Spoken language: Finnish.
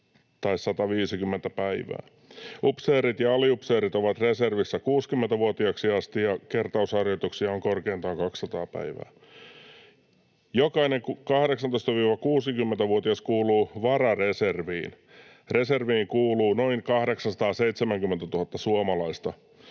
tai 150 päivää. Upseerit ja aliupseerit ovat reservissä 60-vuotiaaksi asti, ja kertausharjoituksia on korkeintaan 200 päivää. Jokainen 18—60-vuotias kuuluu varareserviin. Reserviin kuuluu noin 870 000 suomalaista.